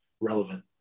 relevant